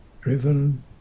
driven